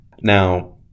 Now